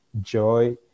joy